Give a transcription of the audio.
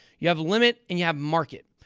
you have limit and you have market.